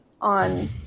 on